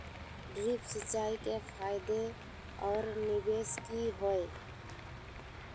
Drip सिंचाई के फायदे और निवेस कि हैय?